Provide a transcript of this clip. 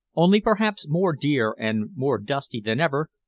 only perhaps more dear and more dusty than ever,